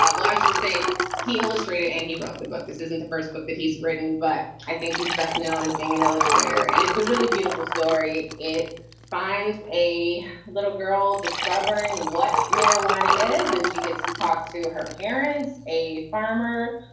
ah well, i should say he illustrated and he wrote the book. this isn't the first book that he's written, but i think he's best known as being an illustrator. and it's a really beautiful story. it finds a little girl discovering what marijuana is and she gets to talk to her parents. a farmer,